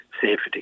safety